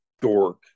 dork